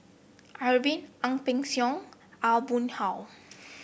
Arifin Ang Peng Siong Aw Boon Haw